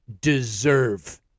deserve